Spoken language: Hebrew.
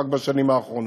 רק בשנים האחרונות.